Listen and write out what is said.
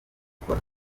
bukora